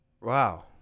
Wow